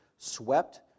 swept